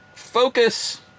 focus